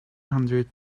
hundred